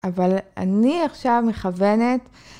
אבל אני עכשיו מכוונת..